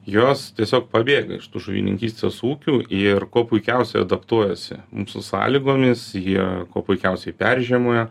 jos tiesiog pabėga iš tų žuvininkystės ūkių ir kuo puikiausiai adaptuojasi mūsų sąlygomis jie kuo puikiausiai peržiemoja